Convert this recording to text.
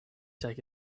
take